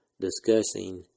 discussing